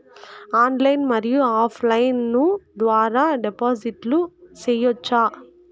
Online మరియు offline ద్వారా డిపాజిట్లు సేయొచ్చా?